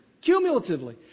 Cumulatively